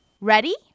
Ready